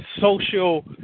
social